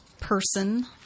person